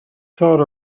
thought